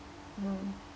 mm